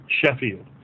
Sheffield